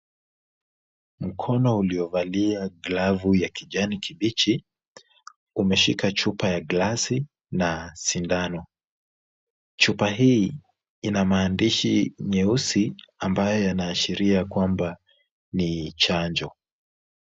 Mkono uliovalia glavu ya kijani kibichi, umeshika chupa ya glasi na sindano. Chupa hii ina maandishi nyeusi, ambayo yanaashiria kwamba ni chanjo.